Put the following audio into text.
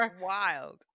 wild